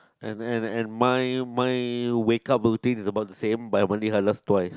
and and and my my wake up routine is about the same but I'm only has last twice